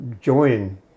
Join